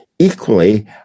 Equally